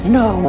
no